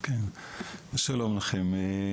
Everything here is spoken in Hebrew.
שלום לכם,